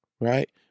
right